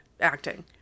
acting